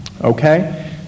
okay